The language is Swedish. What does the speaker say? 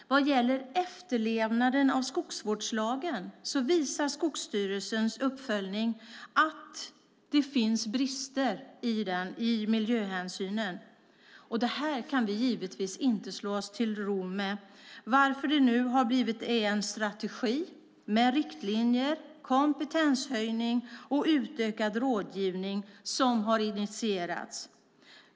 Vad gäller efterlevnaden av skogsvårdslagen visar Skogsstyrelsens uppföljning att det finns brister i miljöhänsynen. Det kan vi givetvis inte slå oss till ro med, varför en strategi med riktlinjer, kompetenshöjning och utökad rådgivning har initierats.